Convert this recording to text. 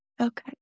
Okay